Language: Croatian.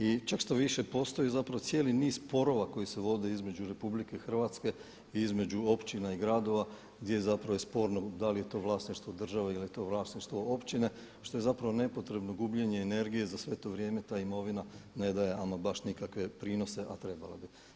I čak štoviše postoji zapravo cijeli niz sporova koji se vode između Republike Hrvatske i između općina i gradova gdje zapravo je sporno da li je to vlasništvo države ili je to vlasništvo općine što je zapravo nepotrebno gubljenje energije za sve to vrijeme ta imovina ne daje ama baš nikakve prinose, a trebala bi.